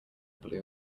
blue